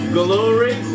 glory